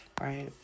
right